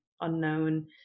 unknown